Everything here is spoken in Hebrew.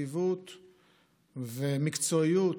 יציבות ומקצועיות,